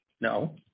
No